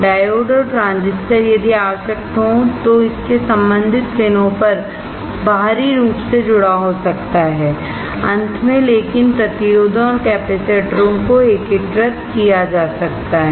diode और transistor यदि आवश्यक हो तो इसके संबंधित पिनों पर बाहरी रूप से जुड़ा हो सकता है अंत में लेकिन प्रतिरोधों और कैपेसिटर को एकीकृत किया जा सकता है